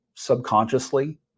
Subconsciously